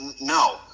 No